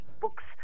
books